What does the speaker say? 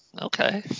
Okay